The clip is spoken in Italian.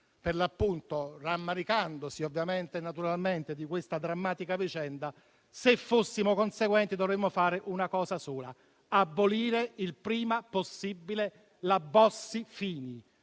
stamattina, rammaricandosi ovviamente e naturalmente di questa drammatica vicenda, se fossimo conseguenti, dovremmo fare una cosa sola: abolire il prima possibile la legge Bossi-Fini,